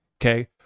okay